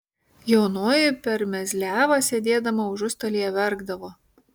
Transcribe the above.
jaunoji per mezliavą sėdėdama užustalėje verkdavo